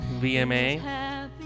VMA